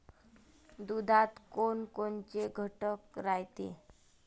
दुधात कोनकोनचे घटक रायते?